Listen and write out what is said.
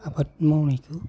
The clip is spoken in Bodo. आबाद मावनायखौ